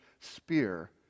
spear